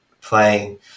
playing